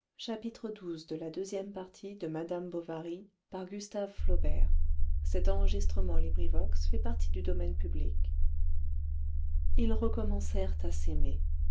baiser xii ils recommencèrent à s'aimer